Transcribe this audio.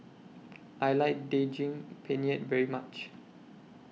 I like Daging Penyet very much